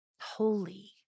holy